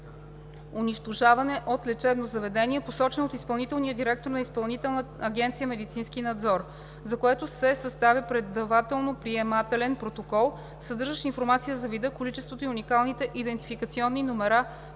унищожаване от лечебно заведение, посочено от изпълнителния директор на Изпълнителна агенция „Медицински надзор“, за което се съставя предавателно-приемателен протокол, съдържащ информация за вида, количеството и уникалните идентификационни номера